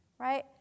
right